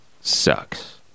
sucks